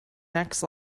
next